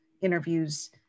interviews